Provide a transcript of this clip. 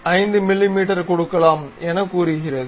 5 மிமீ கொடுக்கலாம் என கூறுகிறது